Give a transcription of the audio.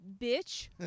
bitch